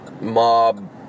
mob